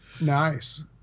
Nice